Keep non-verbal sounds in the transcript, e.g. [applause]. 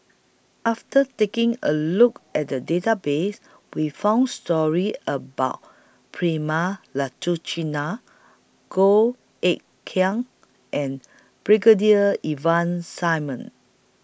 after taking A Look At The Database We found stories about Prema [unintelligible] Goh Eck Kheng and Brigadier Ivan Simson